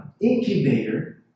incubator